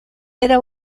era